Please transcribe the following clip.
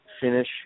finish